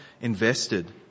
invested